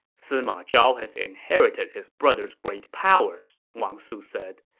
sima zhao has inherited his brother's great powers, wang su said.